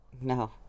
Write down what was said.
No